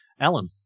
Alan